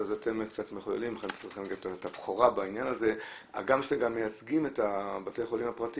לאמן אותם שלא ייכנסו בכוונה למיילים שחשופים